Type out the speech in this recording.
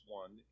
one